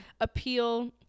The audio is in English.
appeal